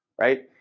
right